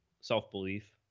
self-belief